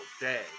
day